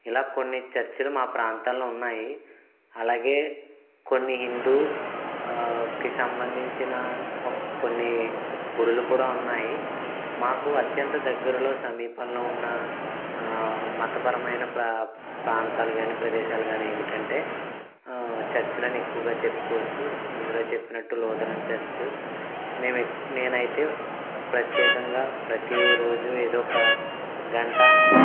ఇలా కొన్ని చర్చలు మా ప్రాంతాల్లో ఉన్నాయి అలాగే కొన్ని హిందూ కి సంబంధించిన కొన్ని గుడిలు కూడా ఉన్నాయి మాకు అత్యంత దగ్గరలో సమీపంలో ఉన్న మతపరమైన ప్రా ప్రాంతాలు కాని ప్రదేశాలు కానీ ఏమిటంటే చర్చిలు అని ఎక్కువగా చెప్పుకోవచ్చు ముందుగా చెప్పినట్టు లూథరన్ చర్చ్ మేము నేనయితే ప్రత్యేకంగా ప్రతిరోజు ఏదో ఒక గంట